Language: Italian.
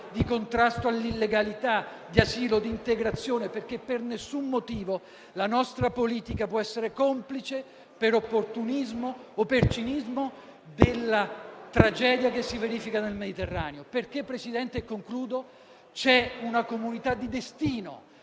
di contrasto all'illegalità, di asilo, di integrazione, perché per nessun motivo la nostra politica può essere complice per opportunismo o per cinismo della tragedia che si verifica nel Mediterraneo, perché - Presidente, concludo - c'è una comunità di destino